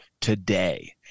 today